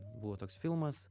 buvo toks filmas